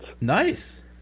Nice